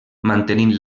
mantenint